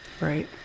Right